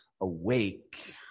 awake